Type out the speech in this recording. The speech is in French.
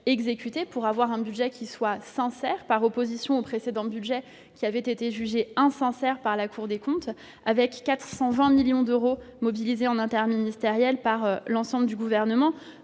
exécuté, pour avoir un budget sincère, par opposition au précédent budget, jugé insincère par la Cour des comptes. Ce sont 420 millions d'euros qui sont mobilisés en interministériel par l'ensemble du Gouvernement.